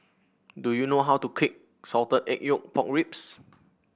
do you know how to Salted Egg Pork Ribs